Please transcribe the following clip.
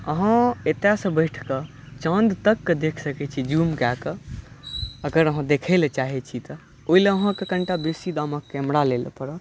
आहाँ एतऽ सँ बैठ कऽ चाँद तक के देख सकै छी ज़ूम कए कऽ अगर आहाँ देखय लए चाहै छी तऽ ओहि लए आहाँ के कनीटा बेसी दामक कैमरा लय लऽ पड़त